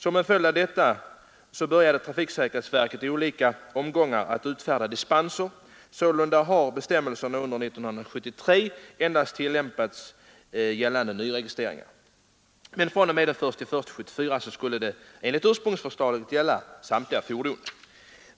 Därför började trafiksäkerhetsverket att i olika omgångar utfärda dispenser. Sålunda har bestämmelserna under 1973 endast tillämpats för nyregistreringar. Men fr.o.m. den 1 januari 1974 skulle de enligt ursprungsförslaget gälla samtliga fordon.